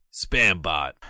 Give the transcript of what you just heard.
Spambot